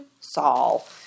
Saul